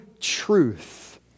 truth